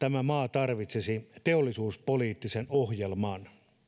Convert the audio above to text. tarvitsisi teollisuuspoliittisen ohjelman